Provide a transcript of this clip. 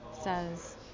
says